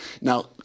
Now